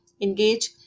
engage